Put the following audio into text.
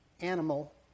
animal